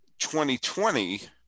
2020